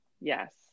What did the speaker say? Yes